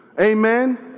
Amen